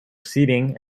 seating